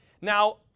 Now